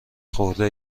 خورده